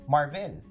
Marvel